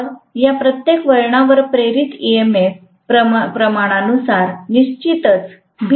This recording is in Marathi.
तर या प्रत्येक वळणावर प्रेरित ईएमएफ प्रमाणानुसार निश्चितच भिन्न असेल